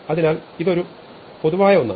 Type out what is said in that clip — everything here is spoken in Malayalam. അതിനാൽ ഇതൊരു പൊതുവായ ഒന്നാണ്